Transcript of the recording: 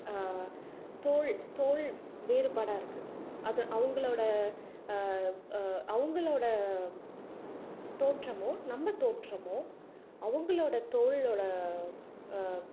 தோல் தோல் வேறுபாடாக இருக்குது அதை அவங்களோடய அவங்களோடய தோற்றமும் நம்ம தோற்றமும் அவங்களோடய தோலோடு